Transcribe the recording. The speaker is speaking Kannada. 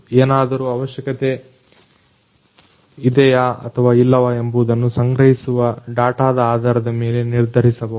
ಏನಾದರು ಅವಶ್ಯಕತೆ ಇದೆಯಾ ಆಥವಾ ಇಲ್ಲವಾ ಎಂಬುದನ್ನ ಸಂಗ್ರಹಿಸಿವ ಡಾಟಾದ ಆಧಾರದ ಮೇಲೆ ನಿರ್ಧರಿಸಬಹುದು